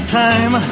time